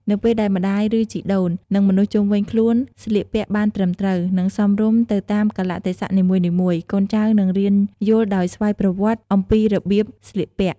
នៅពេលដែលម្ដាយ ឬជីដូន និងមនុស្សជំុវិញខ្លួនស្លៀកពាក់បានត្រឹមត្រូវ និងសមរម្យទៅតាមកាលៈទេសៈនីមួយៗ កូនចៅនឹងរៀនយល់ដោយស្វ័យប្រវត្តិអំពីរបៀបស្លៀកពាក់។